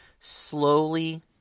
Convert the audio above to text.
slowly